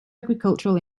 agricultural